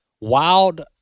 wild